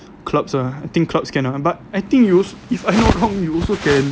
clubs ah I think clubs can ah but I think you if I not wrong you also can